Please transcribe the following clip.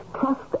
trust